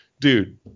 Dude